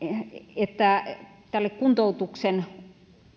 että kuntoutuksen